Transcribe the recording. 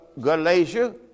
Galatia